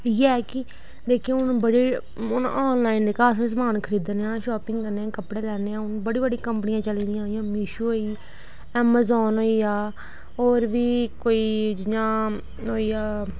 इ'यै ऐ कि जेह्के हून बड़े हून ऑनलाइन जेह्का अस समान खरीदनेआं ना शापिंग करने आं कपड़े लैन्ने आं बड़ी बड्डी कंपनियां चली दियां जि'यां मीशो होई एमाजान होई गेआ और बी कोई जि'यां होई गेआ